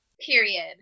Period